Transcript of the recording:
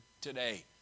today